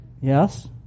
yes